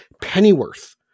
Pennyworth